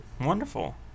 Wonderful